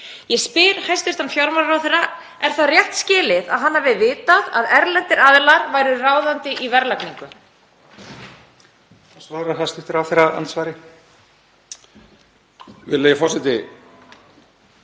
Ég spyr hæstv. fjármálaráðherra: Er það rétt skilið að hann hafi vitað að erlendir aðilar væru ráðandi í verðlagningu?